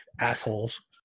Assholes